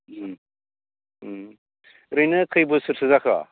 उम उम ओरैनो खोइ बोसोरसो जाखो